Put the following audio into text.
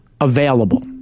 available